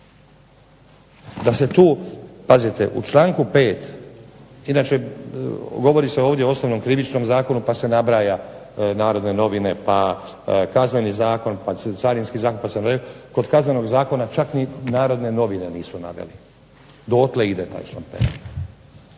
da se tu, pazite u članku 5., inače govori se ovdje o osnovnom Krivičnom zakonu, pa se nabraja "Narodne novine", pa Kazneni zakon, pa Carinski zakon, kod Kaznenog zakona čak ni "Narodne novine" nisu naveli. Dotle ide taj šlamperaj.